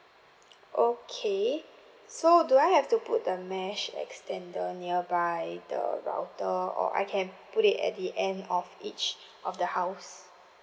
okay so do I have to put the mesh extender nearby the router or I can put it at the end of each of the house